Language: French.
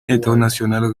international